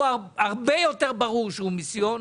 הרבה יותר ברור שהעמותה הזאת היא מיסיון.